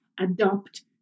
adopt